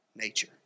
nature